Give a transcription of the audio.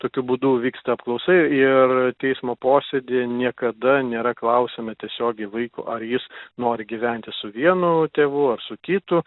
tokiu būdu vyksta apklausa ir teismo posėdyje niekada nėra klausiama tiesiogiai vaiko ar jis nori gyventi su vienu tėvu ar su kitu